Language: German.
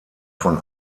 von